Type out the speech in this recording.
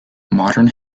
modern